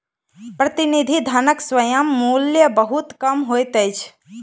प्रतिनिधि धनक स्वयं मूल्य बहुत कम होइत अछि